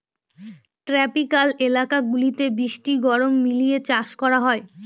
tropical এলাকা গুলাতে বৃষ্টি গরম মিলিয়ে চাষ করা হয়